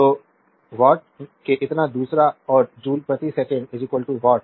तो वाट के इतना दूसरा और जूल प्रति सेकंड वाट